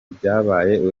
byabaye